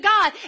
God